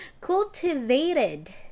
cultivated